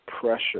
pressure